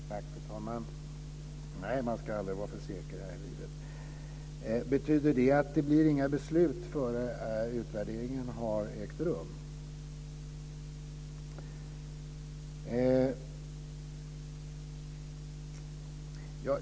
Fru talman! Nej, man ska aldrig vara för säker här i livet. Betyder det att det blir inga beslut före utvärderingen har ägt rum?